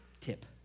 tip